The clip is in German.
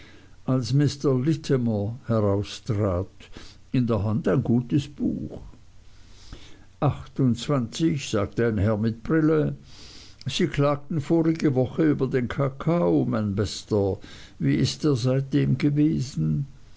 als mr littimer heraustrat in der hand ein gutes buch sagte ein herr mit brillen sie klagten vorige woche über den kakao mein bester wie ist er seitdem gewesen